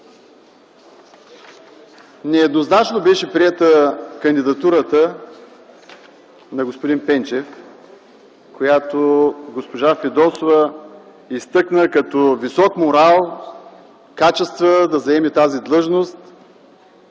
Нееднозначно беше приета кандидатурата на господин Пенчев, която госпожа Фидосова изтъкна като висок морал, качества да заеме тази длъжност.